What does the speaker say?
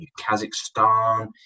Kazakhstan